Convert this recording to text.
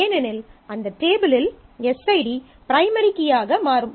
ஏனெனில் அந்த டேபிளில் எஸ்ஐடி பிரைமரி கீயாக மாறும்